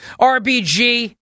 RBG